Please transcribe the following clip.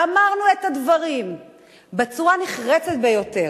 אמרנו את הדברים בצורה הנחרצת ביותר,